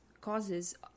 causes